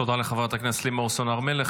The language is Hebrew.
תודה לחברת הכנסת לימון סון הר מלך.